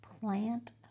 Plant